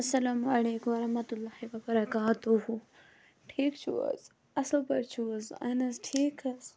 اَسَلامُ علیکُم وَرَحمَتُہ اللہِ وَبَرَکاتُہ ٹھیٖک چھو حٕظ اَصل پٲٹھۍ چھو حٕظ اَہن حظ ٹھیٖک حٕظ